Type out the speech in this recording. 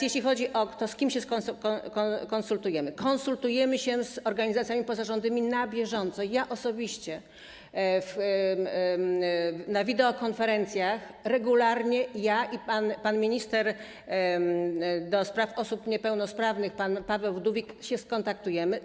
Jeśli chodzi o to, z kim się konsultujemy - konsultujemy się z organizacjami pozarządowymi na bieżąco, ja osobiście, na wideokonferencjach regularnie, ja i pan minister do spraw osób niepełnosprawnych, pan Paweł Wdówik, się kontaktujemy.